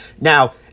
Now